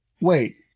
Wait